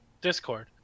discord